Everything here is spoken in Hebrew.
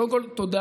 קודם כול תודה,